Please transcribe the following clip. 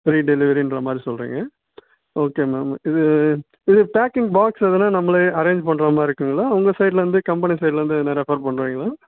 free டெலிவரின்ற மாதிரி சொல்றீங்க ஓகே மேம் இது இது பேக்கிங் பாக்ஸ் எதுனா நம்மளே அரேஞ்ச் பண்ணுற மாதிரி இருக்குங்களா உங்கள் சைட்லிருந்து கம்பெனி சைட்லிருந்து ஏதுனா ரெஃபர் பண்ணுறிங்களா